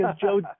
Joe